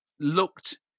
Looked